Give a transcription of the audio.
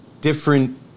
different